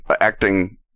acting